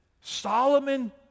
Solomon